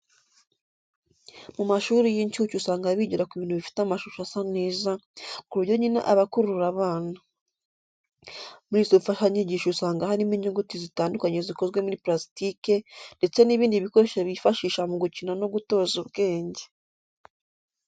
Mu mashuri y'incuke usanga bigira ku bintu bifite amashusho asa neza, ku buryo nyine aba akurura abana. Muri izo mfashanyigisho usanga harimo inyuguti zitandukanye zikozwe muri purasitike ndetse n'ibindi bikoresho bifashisha mu gukina no gutoza ubwenge.